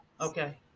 Okay